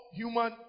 human